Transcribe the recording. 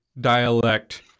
dialect